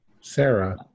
Sarah